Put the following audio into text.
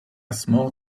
small